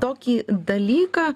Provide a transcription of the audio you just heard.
tokį dalyką